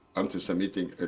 anti-semitic